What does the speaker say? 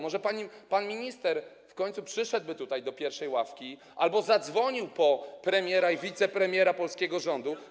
Może pan minister w końcu przyszedłby tutaj do pierwszej ławy albo zadzwonił po premiera i wicepremiera polskiego rządu.